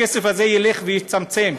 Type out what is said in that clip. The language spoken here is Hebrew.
הכסף הזה ילך ויצטמצם,